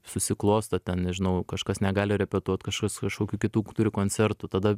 susiklosto ten nežinau kažkas negali repetuot kažkas kažkokių kitų turi koncertų tada